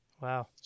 Wow